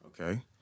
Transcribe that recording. Okay